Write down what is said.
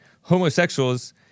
homosexuals